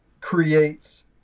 creates